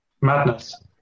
Madness